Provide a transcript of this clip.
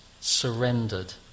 surrendered